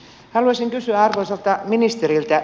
haluaisin kysyä arvoisalta ministeriltä